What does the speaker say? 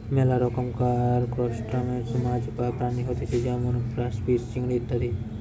মেলা রকমকার ত্রুসটাসিয়ান মাছ বা প্রাণী হতিছে যেমন ক্রাইফিষ, চিংড়ি ইত্যাদি